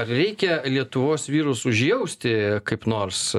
ar reikia lietuvos vyrus užjausti kaip nors